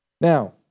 Now